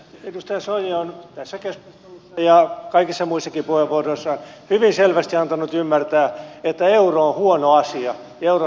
edustaja soini on tässä keskustelussa ja kaikissa muissakin puheenvuoroissaan hyvin selvästi antanut ymmärtää että euro on huono asia eurossa oleminen on huono asia